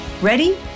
Ready